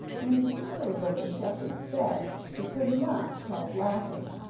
when she heard what the shepherd said she could not help laughing,